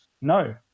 No